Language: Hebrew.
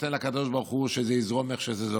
נותן לקדוש ברוך הוא שזה יזרום איך שזה זורם,